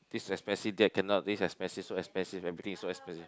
this expensive that cannot this expensive so expensive everything so expensive